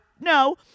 no